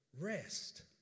rest